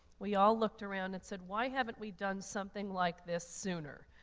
we all looked around and said, why haven't we done something like this sooner?